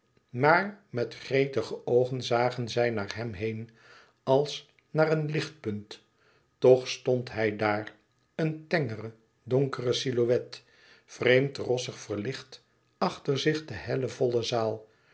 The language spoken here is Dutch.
maar met gretige oogen zagen zij naar hem heen als naar een lichtpunt toch stond hij daar een tengere donkere silhouet vreemd rossig verlicht achter zich de helle volle zaal